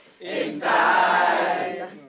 inside